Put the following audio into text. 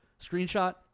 Screenshot